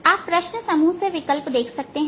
आप प्रश्न समूह से विकल्प देख सकते हैं